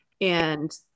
and-